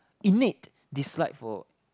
innate dislike for